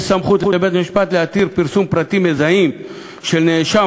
יש סמכות לבית-המשפט להתיר פרסום פרטים מזהים של נאשם